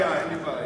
בעיה.